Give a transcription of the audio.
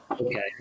Okay